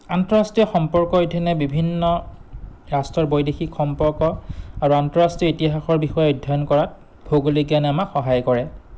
আন্তঃৰাষ্ট্ৰীয় সম্পৰ্ক বিভিন্ন ৰাষ্ট্ৰৰ বৈদেশিক সম্পৰ্ক আৰু আন্তঃৰাষ্ট্ৰীয় ইতিহাসৰ বিষয়ে অধ্যয়ন কৰাত ভৌগোলিক জ্ঞানে আমাক সহায় কৰে